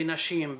בנשים,